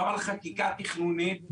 גם על חקיקה תכנונית.